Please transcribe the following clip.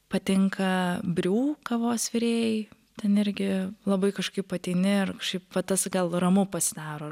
patinka briu kavos virėjai ten irgi labai kažkaip ateini ir kažkaip va tas gal ramu pasidaro